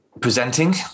presenting